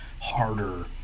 harder